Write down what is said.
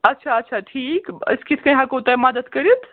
اَچھا اَچھا ٹھیٖک أسۍ کِتھ کٔنۍ ہٮ۪کو تُہۍ مدد کٔرِتھ